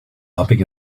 bumping